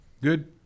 good